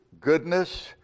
goodness